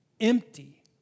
empty